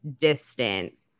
distance